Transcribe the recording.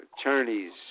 attorneys